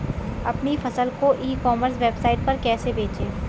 अपनी फसल को ई कॉमर्स वेबसाइट पर कैसे बेचें?